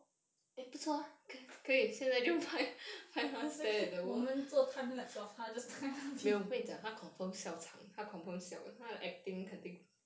exactly 我们做 time lapse of 她 just 在那边